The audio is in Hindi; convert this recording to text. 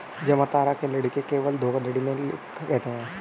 जामतारा के लड़के केवल धोखाधड़ी में लिप्त रहते हैं